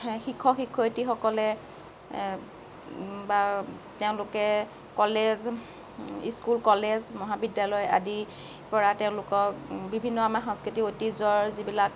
শিক্ষক শিক্ষয়ত্ৰীসকলে বা তেওঁলোকে কলেজ স্কুল কলেজ মহাবিদ্যালয় আদিৰ পৰা তেওঁলোকক বিভিন্ন আমাৰ সাংস্কৃতিক ঐতিহ্যৰ যিবিলাক